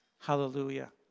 Hallelujah